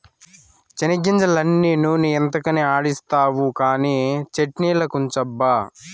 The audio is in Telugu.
చెనిగ్గింజలన్నీ నూనె ఎంతకని ఆడిస్తావు కానీ చట్ట్నిలకుంచబ్బా